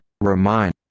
Remind